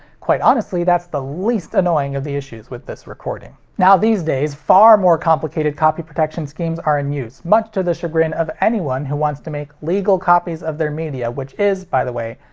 quite honestly that's the least annoying of the issues with this recording. now these days, far more complicated copy protection schemes are in use, much to the chagrin of anyone who wants to make legal copies of their media which is, by the way,